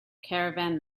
caravan